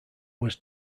was